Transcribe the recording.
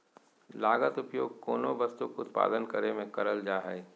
लागत उपयोग कोनो वस्तु के उत्पादन करे में करल जा हइ